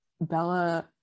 Bella